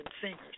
singers